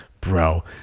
bro